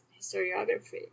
historiography